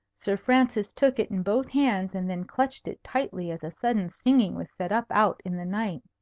sir francis took it in both hands, and then clutched it tightly as a sudden singing was set up out in the night.